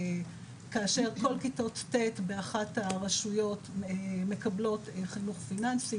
כאשר כל כיתות ט' באחת הרשויות מקבלות חינוך פיננסי,